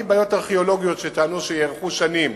מבעיות ארכיאולוגיות שטענו שיארכו שנים